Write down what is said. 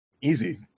Easy